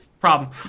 problem